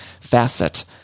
facet